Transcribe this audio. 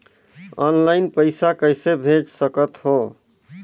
Online पइसा कइसे भेज सकत हो?